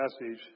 passage